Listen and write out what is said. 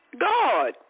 God